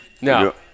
No